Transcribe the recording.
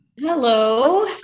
Hello